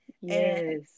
yes